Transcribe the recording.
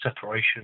separation